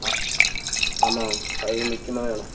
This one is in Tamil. ஆ ஆமாம் அது முக்கியமாக வேணும்